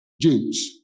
James